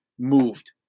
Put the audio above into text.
moved